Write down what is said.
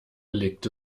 legte